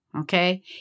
okay